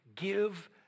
Give